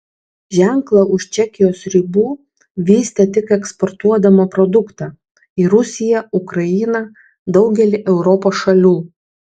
ženklą už čekijos ribų vystė tik eksportuodama produktą į rusiją ukrainą daugelį europos šalių